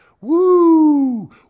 Woo